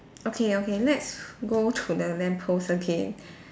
okay okay let's go to the lamppost again